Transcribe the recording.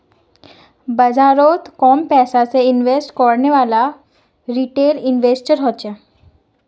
बाजारोत कम पैसा से इन्वेस्ट करनेवाला रिटेल इन्वेस्टर होछे